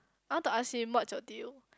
I want to ask him what's your deal